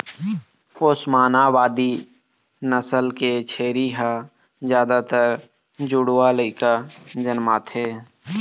ओस्मानाबादी नसल के छेरी ह जादातर जुड़वा लइका जनमाथे